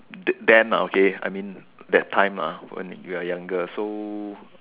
then then uh okay I mean that time lah when we are younger so